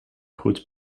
goed